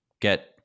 get